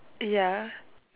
ya